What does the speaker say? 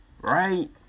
Right